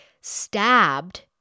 stabbed